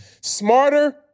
smarter